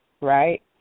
right